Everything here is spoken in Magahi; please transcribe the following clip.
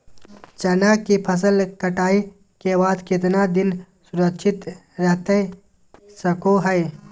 चना की फसल कटाई के बाद कितना दिन सुरक्षित रहतई सको हय?